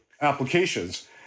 applications